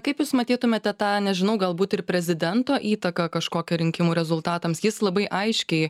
kaip jūs matytumėte tą nežinau galbūt ir prezidento įtaką kažkokią rinkimų rezultatams jis labai aiškiai